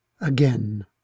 again